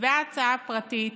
וההצעה הפרטית